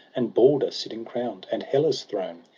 and balder sitting crown'd, and hela's throne.